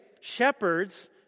shepherds